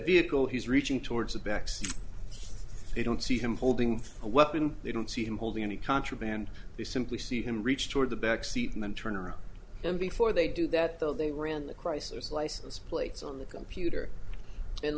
vehicle he's reaching towards the back so they don't see him holding a weapon they don't see him holding any contraband they simply see him reach toward the back seat and then turn around and before they do that though they ran the crisis license plates on the computer